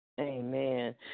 amen